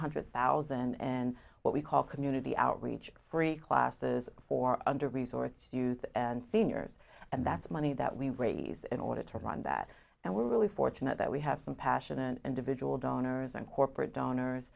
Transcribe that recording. hundred thousand and what we call community outreach free classes for under resourced youth and seniors and that's money that we raise in order to run that and we're really fortunate that we have some passionate individual donors and corporate donors